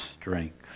strength